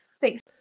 Thanks